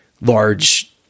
large